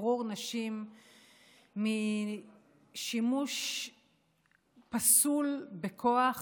בשחרור נשים משימוש פסול בכוח